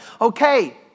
Okay